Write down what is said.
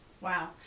Wow